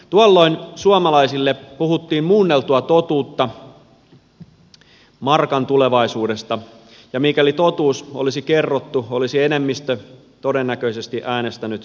tuolloin suomalaisille puhuttiin muunneltua totuutta markan tulevaisuudesta ja mikäli totuus olisi kerrottu olisi enemmistö todennäköisesti äänestänyt jäsenyyttä vastaan